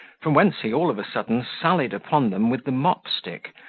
from whence he all of a sudden sallied upon them with the mopstick,